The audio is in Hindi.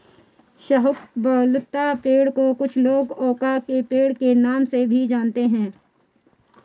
शाहबलूत पेड़ को कुछ लोग ओक के पेड़ के नाम से भी जानते है